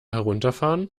herunterfahren